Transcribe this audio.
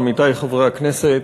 עמיתי חברי הכנסת,